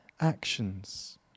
actions